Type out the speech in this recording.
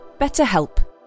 BetterHelp